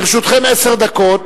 לרשותכם עשר דקות,